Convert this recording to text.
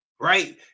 right